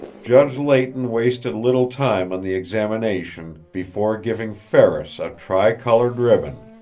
judge leighton wasted little time on the examination before giving ferris a tricolored ribbon,